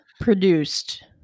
produced